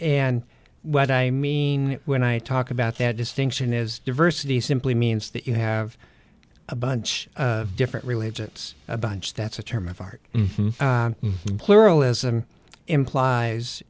and what i mean when i talk about that distinction is diversity simply means that you have a bunch of different religions a bunch that's a term of art and pluralism implies